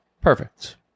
perfect